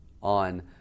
on